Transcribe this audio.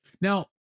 Now